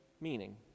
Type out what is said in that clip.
meaning